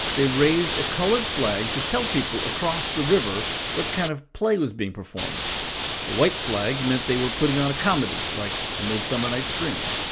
they raised a colored flag to tell people across the river what kind of play was being performed a white flag meant they were putting on a comedy like a midsummer night's dream.